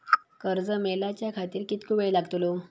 कर्ज मेलाच्या खातिर कीतको वेळ लागतलो?